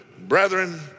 Brethren